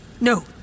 No